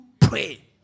pray